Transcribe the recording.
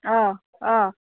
अ अ